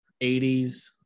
80s